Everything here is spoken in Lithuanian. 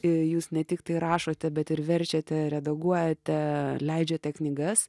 i jūs ne tiktai rašote bet ir verčiate redaguojate leidžiate knygas